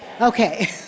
Okay